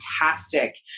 fantastic